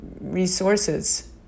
resources